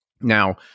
Now